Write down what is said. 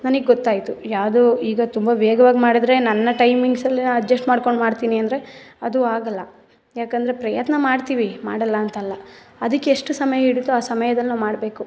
ನನಗೆ ಗೊತ್ತಾಯಿತು ಯಾವುದು ಈಗ ತುಂಬ ವೇಗವಾಗಿ ಮಾಡಿದ್ರೆ ನನ್ನ ಟೈಮಿಂಗ್ಸಲ್ಲೆ ಅಡ್ಜಸ್ಟ್ ಮಾಡಿಕೊಂಡು ಮಾಡ್ತೀನಿ ಅಂದರೆ ಅದು ಆಗೋಲ್ಲ ಯಾಕೆಂದರೆ ಪ್ರಯತ್ನ ಮಾಡ್ತೀವಿ ಮಾಡೋಲ್ಲ ಅಂತಲ್ಲ ಅದಕ್ಕೆ ಎಷ್ಟು ಸಮಯ ಹಿಡಿತೋ ಆ ಸಮಯದಲ್ಲಿ ನಾವು ಮಾಡಬೇಕು